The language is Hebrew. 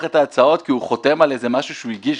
את ההצעות כי הוא חותם על משהו שהוא הגיש,